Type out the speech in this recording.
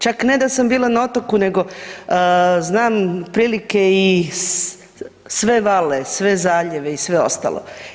Čak ne da sam bila na otoku, nego znam otprilike i sve vale, sve zaljeve i sve ostalo.